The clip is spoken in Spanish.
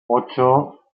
ocho